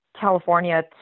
California